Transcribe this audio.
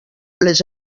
les